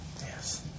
Yes